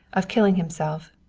of killing himself.